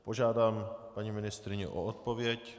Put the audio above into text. Požádám paní ministryni o odpověď.